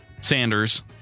Sanders